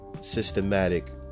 systematic